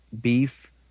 beef